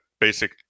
basic